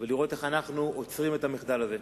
ולראות איך אנחנו עוצרים את המחדל הזה.